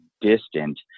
distant